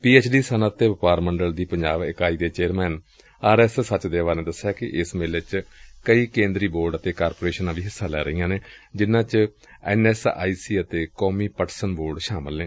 ਪੀ H D ਸੱਨਅਤ ਦੇ ਵਪਾਰ ਮੰਡਲ ਦੀ ਪੰਜਾਬ ਇਕਾਈ ਦੇ ਚੇਅਰਮੈਨ ਆਰ ਐਸ ਸਚਦੇਵਾ ਨੇ ਦਸਿਆ ਕਿ ਏਸ ਮੇਲੇ ਚ ਕਈ ਕੇਂਦਰੀ ਬੋਰਡ ਤੇ ਕਾਰਪੋਰੇਸ਼ਨਾਂ ਵੀ ਹਿੱਸਾ ਲੈ ਰਹੀਆਂ ਨੇ ਜਿਨ੍ਹਾਂ ਚ ਐਨ ਐਸ ਆਈ ਸੀ ਅਤੇ ਕੌਮੀ ਪਟਸਨ ਬੋਰਡ ਸ਼ਾਮਲ ਨੇ